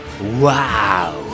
Wow